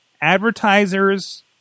advertisers